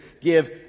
Give